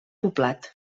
poblat